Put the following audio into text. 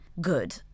good